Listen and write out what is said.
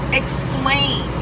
explain